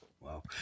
Wow